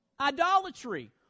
Idolatry